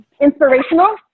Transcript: inspirational